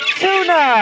tuna